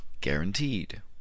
guaranteed